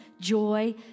joy